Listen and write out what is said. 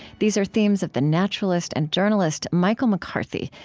these are themes of the naturalist and journalist, michael mccarthy,